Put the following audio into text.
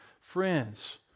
friends